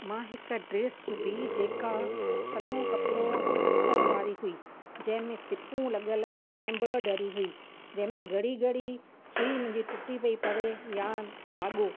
मां हिकु ड्रेस सुबी जेका सन्हो कपिड़ो ऐं अस्तर वारी हुई जंहिं में सिपूं लॻल एम्बोडरी हुई जंहिं में घड़ी घड़ी सूई मुंहिंजी टुटी पई पवे या धाॻो